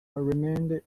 remained